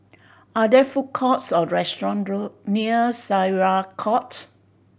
are there food courts or restaurant road near Syariah Court